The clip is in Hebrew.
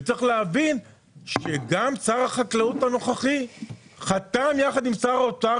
צריך להבין שגם שר החקלאות הנוכחי חתם יחד עם שר האוצר